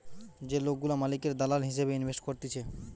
যে লোকগুলা মালিকের দালাল হিসেবে ইনভেস্ট করতিছে